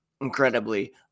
incredibly